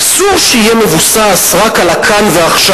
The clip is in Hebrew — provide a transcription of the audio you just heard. אסור שיהיה מבוסס רק על הכאן ועכשיו,